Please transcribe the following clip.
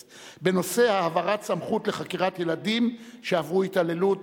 בנושא: העברת סמכות לחקירת ילדים שעברו התעללות.